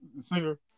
singer